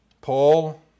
Paul